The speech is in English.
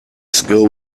school